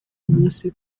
umunsi